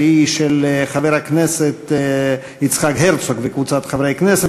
והיא של חבר הכנסת יצחק הרצוג וקבוצת חברי הכנסת,